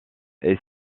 est